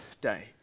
day